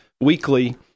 weekly